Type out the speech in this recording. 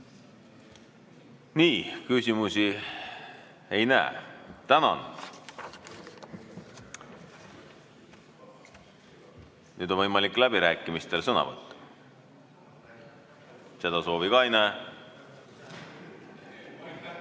Nii. Küsimusi ei näe. Tänan! Nüüd on võimalik läbirääkimistel sõna võtta. Seda soovi ka ei